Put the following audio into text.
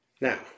Now